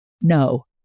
No